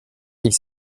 ich